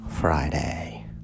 Friday